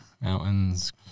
Mountains